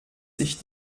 sich